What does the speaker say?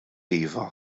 iva